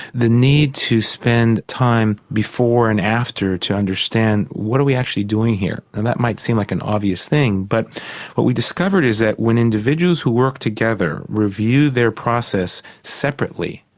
the need to spend time before and after to understand what are we actually doing here? and that might seem like an obvious thing but what we discovered is that when individuals who work together review their process separately,